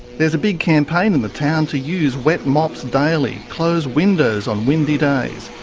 there's a big campaign in the town to use wet mops daily, close windows on windy days,